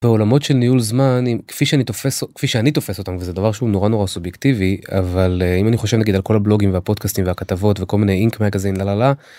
עולמות של ניהול זמן עם כפי שאני תופס או כפי שאני תופס אותם וזה דבר שהוא נורא נורא סובייקטיבי אבל אם אני חושב נגיד על כל הבלוגים והפודקאסטים והכתבות וכל מיני אינק מגזין לללה.